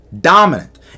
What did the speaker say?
dominant